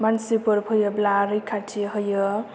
मानसिफोर फैयोब्ला रैखाथि होयो